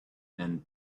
and